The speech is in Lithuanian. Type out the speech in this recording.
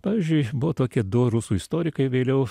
pavyzdžiui buvo tokie du rusų istorikai vėliau